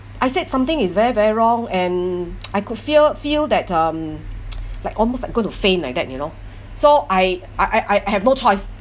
I said something is very very wrong and I could feel feel that um like almost like going to faint like that you know so I I I I I have no choice